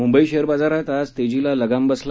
Mumbai share बाजारात आज तेजीला लगाम बसला